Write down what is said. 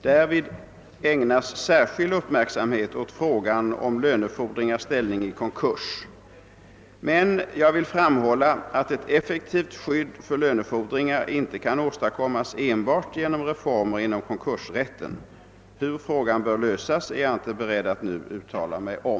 Därvid ägnas särskild uppmärksamhet åt frågan om lönefordringars ställning i konkurs. Men jag vill framhålla, att ett effektivt skydd för lönefordringar inte kan åstadkommas enbart genom reformer inom konkursrätten. Hur frågan bör lösas är jag inte beredd att nu uttala mig om.